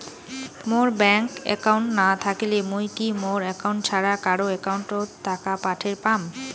মোর bank account না থাকিলে মুই কি মোর একাউন্ট ছাড়া কারো একাউন্ট অত টাকা পাঠের পাম?